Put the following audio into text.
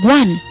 one